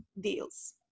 deals